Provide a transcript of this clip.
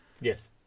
yes